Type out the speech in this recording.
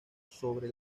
sobre